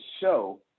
show